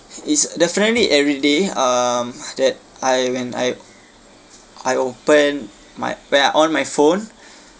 it's definitely everyday um that I when I I open my when I on my phone